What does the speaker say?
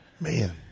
Man